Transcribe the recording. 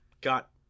got